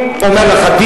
באיזה תנאים הם חיים,